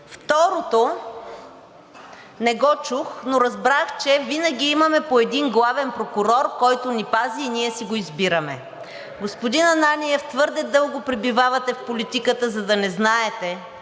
Второто не го чух, но разбрах, че винаги имаме по един главен прокурор, който ни пази и ние си го избираме. Господин Ананиев, твърде дълго пребивавате в политиката, за да не знаете